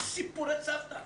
זה סיפורי סבתא.